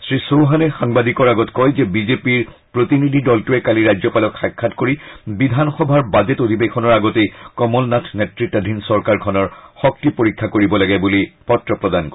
শ্ৰী চৌহানে সাংবাদিকৰ আগত কয় যে বিজেপিৰ প্ৰতিনিধি দলটোৱে কালি ৰাজ্যপালক সাক্ষাৎ কৰি বিধানসবাৰ বাজেট অধিৱেশনৰ আগতেই কমল নাথ নেতৃতধীন চৰকাৰখনৰ শক্তি পৰীক্ষা কৰিব লাগে বুলি পত্ৰ প্ৰদান কৰে